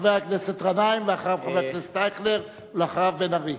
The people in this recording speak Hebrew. ואחריו, חבר הכנסת אייכלר, ואחריו, בן-ארי.